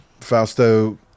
fausto